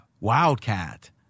Wildcat